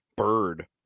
bird